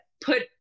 put